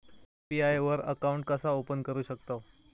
UPI वर account कसा open करू शकतव?